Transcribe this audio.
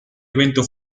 evento